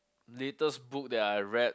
latest book that I read